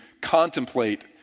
contemplate